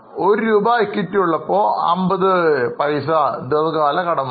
ഒരു രൂപ ഇക്വിറ്റി ഉള്ളപ്പോൾ 50 പൈസ ദീർഘകാല കടമാണ്